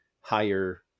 higher